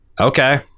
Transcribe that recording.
okay